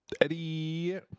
Eddie